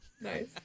Nice